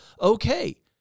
Okay